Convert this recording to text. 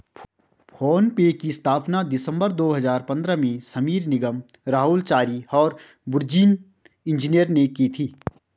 phone पे की स्थापना दिसंबर दो हजार पन्द्रह में समीर निगम, राहुल चारी और बुर्जिन इंजीनियर ने की थी